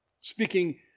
speaking